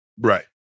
Right